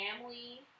Family